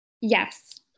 Yes